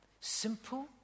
simple